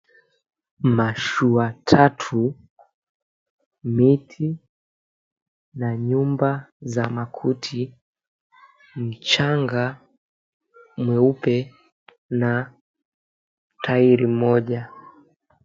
Mashua tatu, miti na nyumba za makuti, mchanga mweupe na tairi moja.